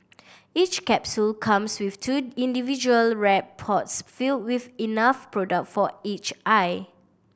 each capsule comes with two individual wrapped pods filled with enough product for each eye